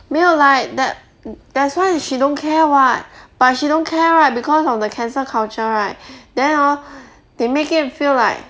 没有 like that that's why she don't care [what] but she don't care right because of the cancel culture right then hor they make it feel like